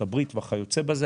ארצות-הברית וכיו"ב.